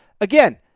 Again